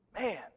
Man